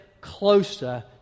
closer